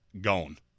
gone